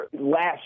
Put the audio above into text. last